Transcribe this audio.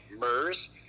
MERS